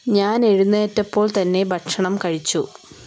ഞാന് എഴുന്നേറ്റപ്പോള് തന്നെ ഭക്ഷണം കഴിച്ചു